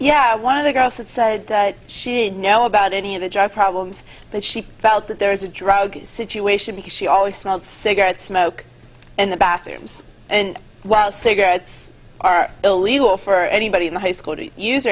yeah one of the girls that said she did know about any of the drug problems but she felt that there was a drug situation because she always smelled cigarette smoke in the bathrooms and while cigarettes are illegal for anybody in high school to use